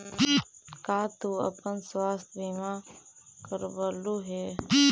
का तू अपन स्वास्थ्य बीमा करवलू हे?